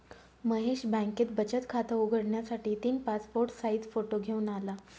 महेश बँकेत बचत खात उघडण्यासाठी तीन पासपोर्ट साइज फोटो घेऊन आला